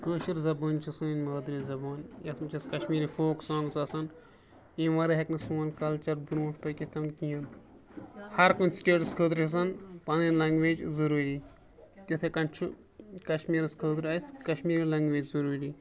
کٲشِر زبان چھِ سٲنۍ مادری زبان یَتھ منٛز چھِ اَسہِ کَشمیٖری فوک سانٛگٕز آسان ییٚمہِ وَرٲے ہیٚکہِ نہٕ سون کَلچَر برونٛٹھ پٔکِتھَن کِہیٖنۍ ہَرکُنہِ سٹیٹَس خٲطرٕ چھِ آسان پَنٕنۍ لنٛگویج ضروٗری تِتھَے کَنۍ چھُ کَشمیٖرَس خٲطرٕ اَسہِ کَشمیٖری لنٛگویج ضروٗری